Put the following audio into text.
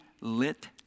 lit